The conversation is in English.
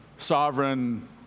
sovereign